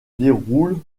déroulent